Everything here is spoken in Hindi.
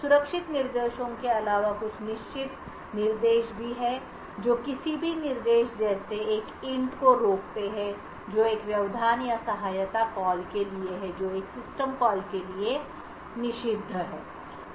सुरक्षित निर्देशों के अलावा कुछ निश्चित निर्देश भी हैं जो किसी भी निर्देश जैसे कि एक इंटको रोकते हैं जो एक व्यवधान या सहायता कॉल के लिए है जो एक सिस्टम कॉल के लिए खड़ा है निषिद्ध है